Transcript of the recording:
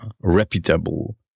reputable